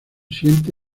siente